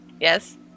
Yes